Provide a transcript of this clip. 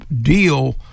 deal